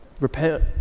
repent